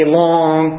long